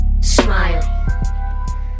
smile